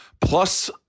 plus